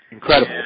Incredible